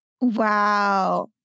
Wow